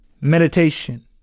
Meditation